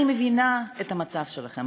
אני מבינה את המצב שלכם.